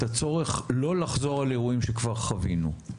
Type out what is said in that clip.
הצורך לא לחזור על אירועים שכבר חווינו?